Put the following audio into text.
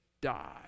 die